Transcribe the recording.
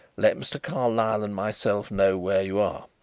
let mr. carlyle and myself know where you are.